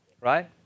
right